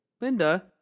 Linda